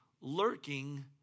lurking